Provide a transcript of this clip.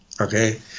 okay